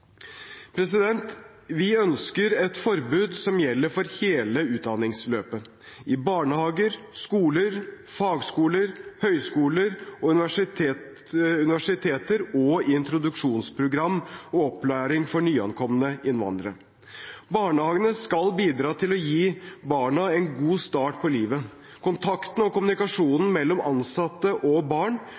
vi foreslår. Vi ønsker et forbud som gjelder for hele utdanningsløpet: i barnehager, skoler, fagskoler, høyskoler og universiteter og i introduksjonsprogram og opplæring for nyankomne innvandrere. Barnehagene skal bidra til å gi barna en god start på livet. Kontakten og kommunikasjonen mellom ansatte og barn